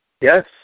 Yes